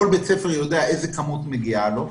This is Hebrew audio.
כל בית ספר יודע איזה כמות מגיעה לו.